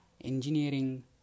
Engineering